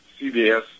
CBS